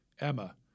Emma